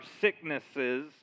sicknesses